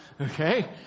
Okay